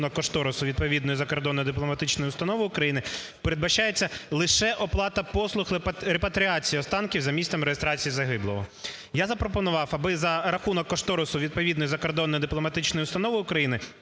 рахунок кошторису відповідної закордонної дипломатичної установи України, передбачається лише оплата послуг репатріації останків за місцем реєстрації загиблого. Я запропонував, аби за рахунок кошторису відповідної закордонної дипломатичної установи України